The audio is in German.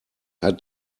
hat